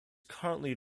currently